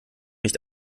mich